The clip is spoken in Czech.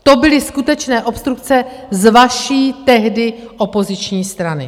To byly skutečné obstrukce z vaší tehdy opoziční strany.